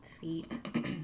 feet